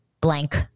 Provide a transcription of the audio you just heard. blank